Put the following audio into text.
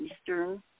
Eastern